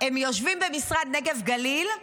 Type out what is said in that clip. הם יושבים במשרד נגב-גליל,